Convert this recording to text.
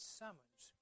summons